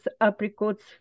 apricots